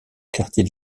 quartiers